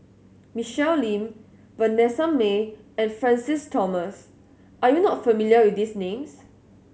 Michelle Lim Vanessa Mae and Francis Thomas are you not familiar with these names